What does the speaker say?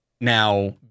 now